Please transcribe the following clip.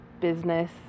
business